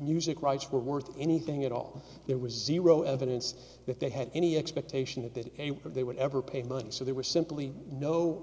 music rights were worth anything at all there was zero evidence that they had any expectation that they would ever pay money so they were simply no